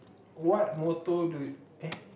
what motto do you eh